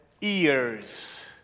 ears